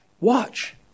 Watch